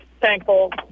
thankful